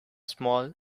small